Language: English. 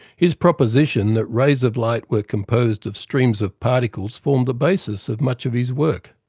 his proposition that rays of light were composed of streams of particles formed the basis of much of his work.